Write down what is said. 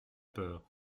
peur